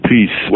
Peace